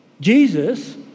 Jesus